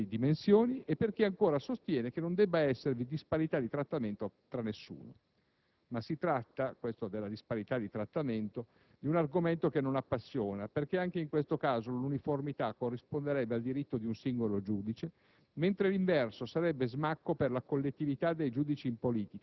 disfatta organizzativa annunciata per i tribunali di minori dimensioni e per chi ancora sostiene che non debba esservi disparità di trattamento tra nessuno. Ma si tratta di un argomento che non appassiona, perché anche in questo caso l'uniformità di trattamento corrisponderebbe al diritto di un singolo giudice,